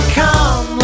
come